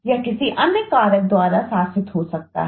यह किसी अन्य कारक द्वारा शासित हो सकता है